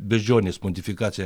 beždžionės modifikacija